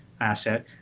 asset